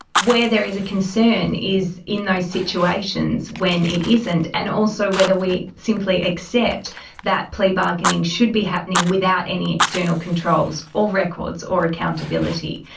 where there is a concern is in those situations when it isn't, and also whether we simply accept that plea bargaining should be happening without any external controls or records or accountability.